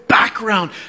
Background